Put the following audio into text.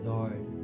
Lord